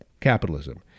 capitalism